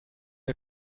der